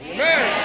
Amen